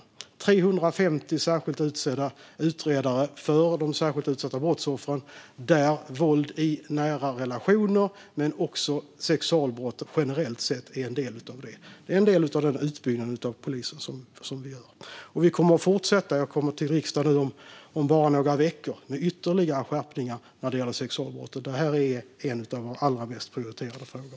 Det handlar om 350 särskilt utsedda utredare för de särskilt utsatta brottsoffren, där våld i nära relationer men också sexualbrott generellt sett är en del. Det är en del av den utbyggnad av polisen som vi gör. Och vi kommer att fortsätta. Jag kommer till riksdagen om bara några veckor med ytterligare skärpningar när det gäller sexualbrott. Detta är en av våra allra mest prioriterade frågor.